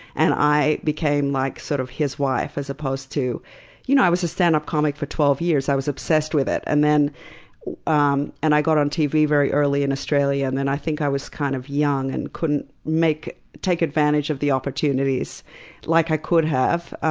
and i became like sort of his wife as opposed to you know, i was a stand-up comic for twelve years, i was obsessed with it. and um and i got on tv very early in australia, and then i think i was kind of young and couldn't take advantage of the opportunities like i could have.